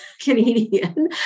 canadian